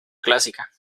clásica